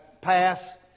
Pass